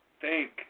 thank